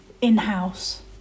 in-house